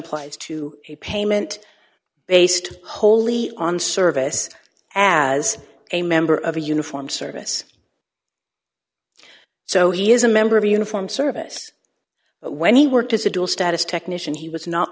applies to a payment based wholly on service as a member of a uniform service so he is a member of a uniform service when he worked as a dual status technician he was not